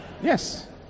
Yes